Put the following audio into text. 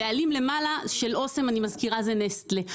הבעלים למעלה של אסם אני מזכירה זה נסטלה,